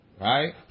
Right